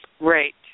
Right